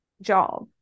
job